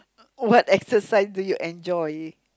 what exercise do you enjoy